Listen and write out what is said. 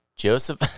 Joseph